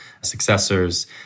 successors